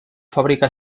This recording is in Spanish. fábrica